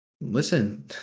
listen